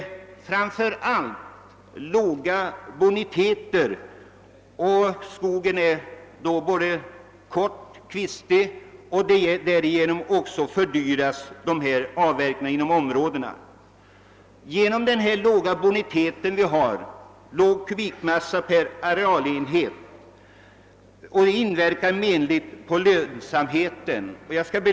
Men framför allt är boniteten låg; skogen är både kort och kvistig, och även härigenom fördyras avverkningen inom dessa områden. Denna låga bonitet — liten kubikmassa per arealenhet — inverkar menligt på lönsamheten.